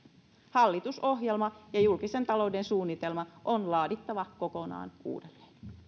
hallitusohjelma ja julkisen talouden suunnitelma on laadittava kokonaan uudelleen